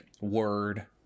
Word